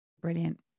Brilliant